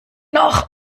noch